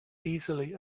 easily